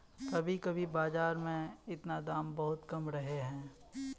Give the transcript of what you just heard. कभी कभी बाजार में इतना दाम कम कहुम रहे है?